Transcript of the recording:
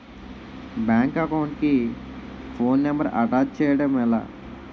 Bank account కి phone number attach చేయడం ఎలా?